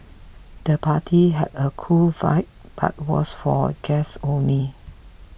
the party had a cool vibe but was for guests only